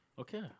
Okay